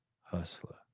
hustler